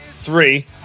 three